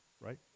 right